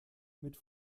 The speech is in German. mit